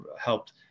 helped